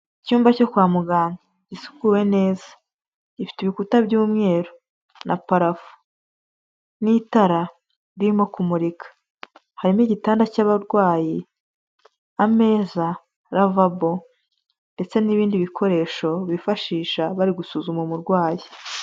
Icyumba cyo kwa muganga gisukuwe neza, gifite ibikuta by'umweru na parafo n'itara ririmo kumurika, harimo igitanda cy'abarwayi, ameza, ravabo ndetse n'ibindi bikoresho bifashisha bari gusuzuma umurwayi.